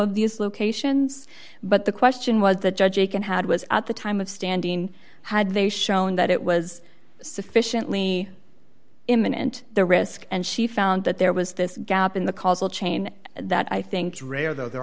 of these locations but the question was the judge akin had was at the time of standing had they shown that it was sufficiently imminent the risk and she found that there was this gap in the causal chain that i think rare though there